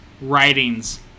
writings